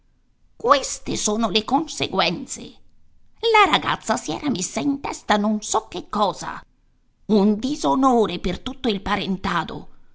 queste sono le conseguenze la ragazza si era messa in testa non so che cosa un disonore per tutto il parentado